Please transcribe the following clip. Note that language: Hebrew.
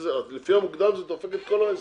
לפי המוקדם זה דופק את כל העסק,